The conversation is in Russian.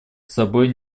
собой